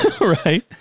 Right